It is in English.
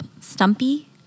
stumpy